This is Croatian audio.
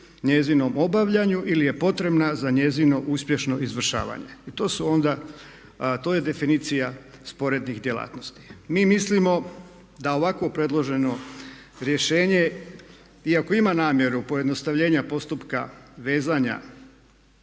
njezinom obavljanju ili je potrebna za njezino uspješno izvršavanje. I to su onda, to je definicija sporednih djelatnosti. Mi mislimo da ovako predloženo rješenje iako ima namjeru pojednostavljenja postupka vezanja